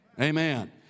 Amen